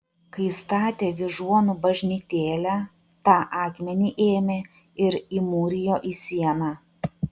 kai statė vyžuonų bažnytėlę tą akmenį ėmė ir įmūrijo į sieną